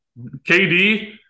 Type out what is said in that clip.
KD